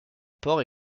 port